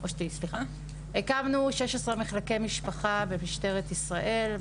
הקמנו 16 מחלקי משפחה במשטרת ישראל.